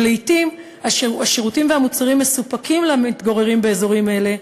לעתים השירותים והמוצרים מסופקים למתגוררים באזורים אלה,